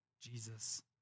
Jesus